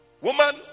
Woman